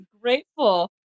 grateful